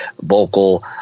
vocal